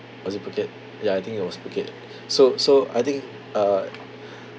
was it phuket ya I think it was phuket so so I think uh